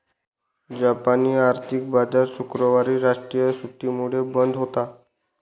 जापानी आर्थिक बाजार शुक्रवारी राष्ट्रीय सुट्टीमुळे बंद होता